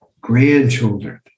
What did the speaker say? grandchildren